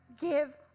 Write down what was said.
give